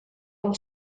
del